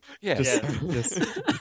Yes